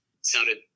sounded